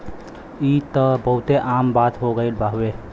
ई त बहुते आम बात हो गइल हउवे